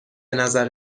نظر